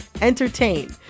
entertain